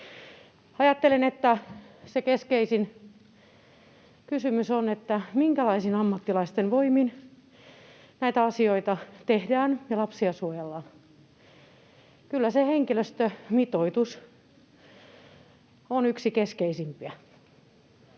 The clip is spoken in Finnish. Ajattelen, että se keskeisin kysymys on, minkälaisten ammattilaisten voimin näitä asioita tehdään ja lapsia suojellaan. Kyllä se henkilöstömitoitus on yksi keskeisimpiä,